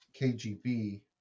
KGB